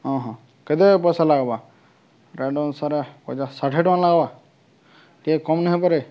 ହଁ ହଁ କେତେ ପଇସା ଲାଗ୍ବା ରେଟ୍ ଅନୁସାରେ ପଚାଶ ଷାଠିଏ ଟଙ୍କା ଲାଗ୍ବା ଟିକେ କମ୍ ନାଇଁ ହେଇପାରେ